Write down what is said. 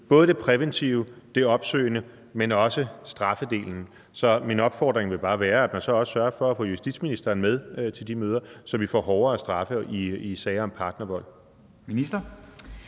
både det præventive og opsøgende, men også strafdelen. Så min opfordring vil bare være, at man så også sørger for at få justitsministeren med til de møder, så vi får hårdere straffe i sager om partnervold. Kl.